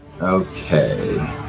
Okay